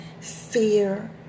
fear